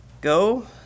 Go